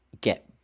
get